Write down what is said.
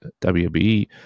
WBE